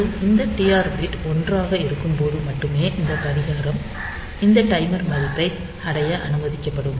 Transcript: மேலும் இந்த TR bit 1 ஆக இருக்கும்போது மட்டுமே இந்த கடிகாரம் இந்த டைமர் மதிப்பை அடைய அனுமதிக்கப்படும்